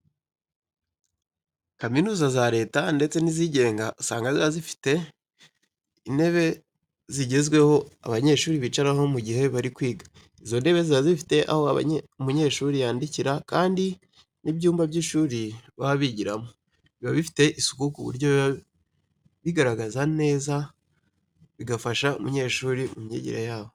Kaminuza za Leta ndetse n'izigenga, usanga ziba zifite intebe zigezweho abanyeshuri bicaraho mu gihe bari kwiga. Izo ntebe ziba zifite aho umunyeshuri yandikira kandi n'ibyumba by'ishuri baba bigiramo, biba bifite isuku ku buryo biba bigaragara neza, bigafasha abanyeshuri mu myigire yabo.